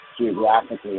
geographically